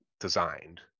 designed